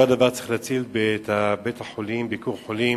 אותו דבר, צריך להציל את בית-החולים "ביקור חולים"